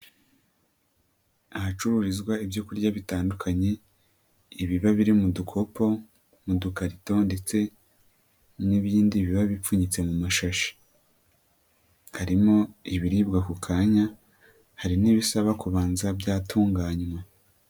Ahacururizwa ibyokurya bitandukanye, ibiba biri mu dukopo, mu dukarito ndetse n'ibindi biba bipfunyitse mu mashashi, haririmo ibiribwa ako kanya, hari n'ibisaba kubanza byatunganywa.